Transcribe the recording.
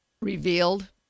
revealed